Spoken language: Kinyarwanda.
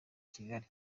kigali